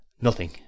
Nothing